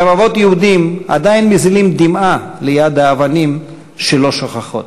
רבבות יהודים עדיין מזילים דמעה ליד האבנים שלא שוכחות.